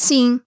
Sim